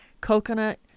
coconut